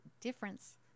difference